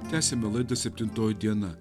tęsiame laidą septintoji diena